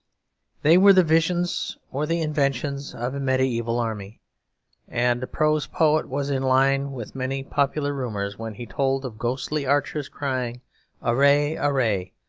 they were the visions or the inventions of a mediaeval army and a prose poet was in line with many popular rumours when he told of ghostly archers crying array, array,